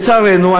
לצערנו,